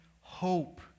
hope